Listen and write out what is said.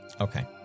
Okay